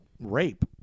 rape